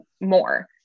more